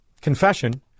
confession